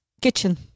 kitchen